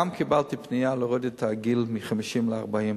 קיבלתי גם פנייה להוריד את הגיל מ-50 ל-40,